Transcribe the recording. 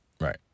Right